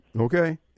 Okay